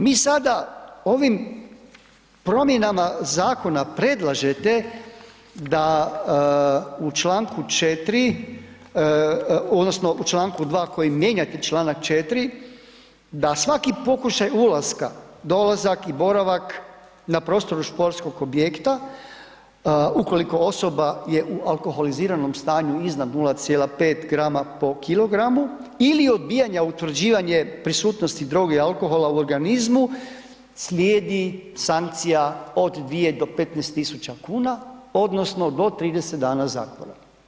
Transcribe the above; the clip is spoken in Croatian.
Mi sada ovim promjenama zakona predlažete da u čl. 4. odnosno u čl. 2. kojim mijenjate čl. 4. da svaki pokušaj ulaska, dolazak i boravak na prostoru športskog objekta, ukoliko osoba je u alkoholiziranom stanju iznad 0,5 grama po kilogramu ili odbijanja utvrđivanje prisutnosti droge i alkohola u organizmu slijedi sankcija od 2 do 15.000,00 kn odnosno do 30 dana zatvora.